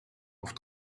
auf